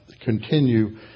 continue